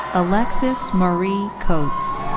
alexis marie coates.